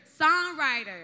songwriter